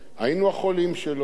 היינו החולים שלו.